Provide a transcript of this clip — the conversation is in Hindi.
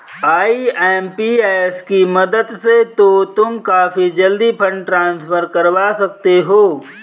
आई.एम.पी.एस की मदद से तो तुम काफी जल्दी फंड ट्रांसफर करवा सकते हो